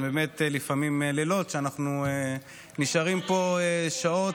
על לילות שאנחנו לפעמים נשארים פה שעות.